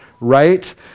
right